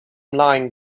lying